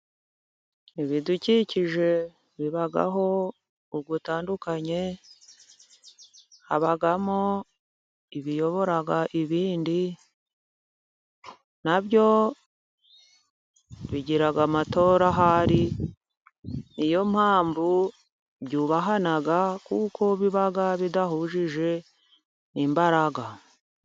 Ibidukikije bibaho, biratandukanye, habamo ibiyobora ibindi, na byo bigira amatora ahari, ni yo mpamvu byubahana kuko biba bidahuje imbaraga.